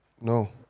No